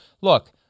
Look